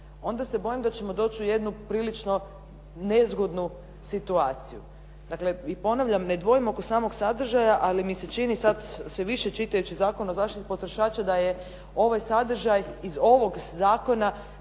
onda se bojim da ćemo doći u jednu prilično nezgodnu situaciju. Dakle, i ponavljam ne dvojim oko samog sadržaja, ali mi se čini sad sve više, čitajući Zakon o zaštiti potrošača da je ovaj sadržaj iz ovog zakona